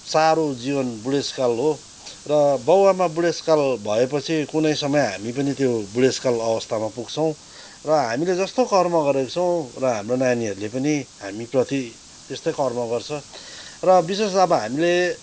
साह्रो जीवन बुढेसकाल हो र बाबुआमा बुढेसकाल भएपछि कुनै समय हामी पनि त्यो बुढेसकाल अवस्थामा पुग्छौँ र हामीले जस्तो कर्म गरेका छौँ र हाम्रो नानीहरूले पनि हामीप्रति त्यस्तै कर्म गर्छ र विशेष अब हामीले